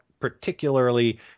particularly